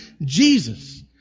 Jesus